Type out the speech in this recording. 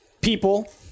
people